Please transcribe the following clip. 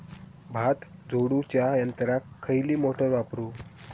भात झोडूच्या यंत्राक खयली मोटार वापरू?